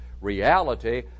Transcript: reality